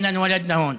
אנחנו נולדנו פה.